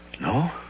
No